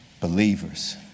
believers